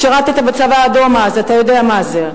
שירתת בצבא האדום, אז אתה יודע מה זה.